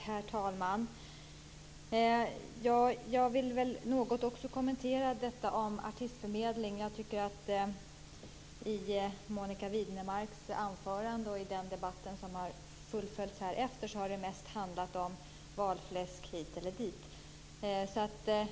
Herr talman! Jag vill något också kommentera artistförmedlingen. Jag tycker att det i Monica Widnemarks anförande och i den debatt som har följt efter det mest har handlat om valfläsk hit eller dit.